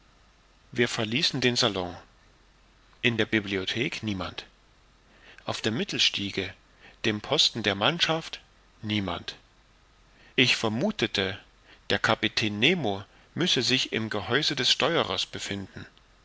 wir verließen den salon in der bibliothek niemand auf der mittelstiege dem posten der mannschaft niemand ich vermuthete der kapitän nemo müsse sich im gehäuse des steuerers befinden